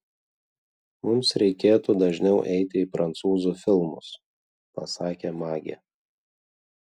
mums reikėtų dažniau eiti į prancūzų filmus pasakė magė